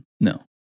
no